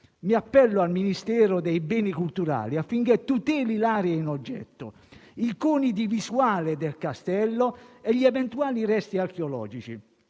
Mi appello al Ministero dei beni culturali affinché tuteli l'area in oggetto, i coni di visuale del castello e gli eventuali resti archeologici.